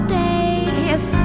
days